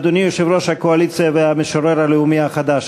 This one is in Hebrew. אדוני יושב-ראש הקואליציה והמשורר הלאומי החדש,